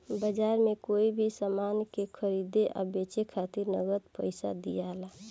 बाजार में कोई भी सामान के खरीदे आ बेचे खातिर नगद पइसा दियाला